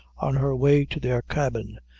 on her way to their cabin,